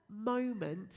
moment